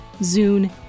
Zune